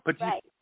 right